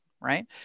right